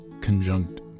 conjunct